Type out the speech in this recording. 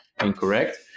incorrect